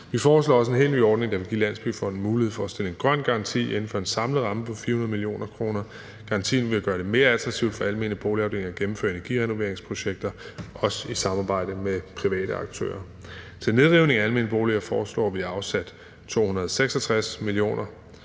Vi foreslår også en helt ny ordning, der vil give Landsbyggefonden mulighed for at stille en grøn garanti inden for en samlet ramme på 400 mio. kr. Garantien vil gøre det mere attraktivt for almene boligafdelinger at gennemføre energirenoveringsprojekter, også i samarbejde med private aktører. Til nedrivning af almene boliger foreslår vi afsat 266 mio. kr.